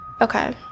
okay